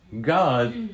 God